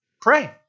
pray